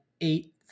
eight